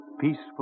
peaceful